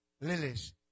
lilies